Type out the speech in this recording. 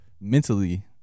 mentally